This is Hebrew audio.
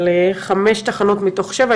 על חמש תחנות מתוך שבע,